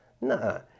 No